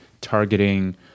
targeting